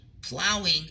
plowing